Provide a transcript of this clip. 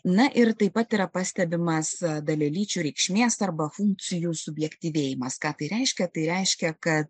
na ir taip pat yra pastebimas dalelyčių reikšmės arba funkcijų subjektyvėjimas ką tai reiškia tai reiškia kad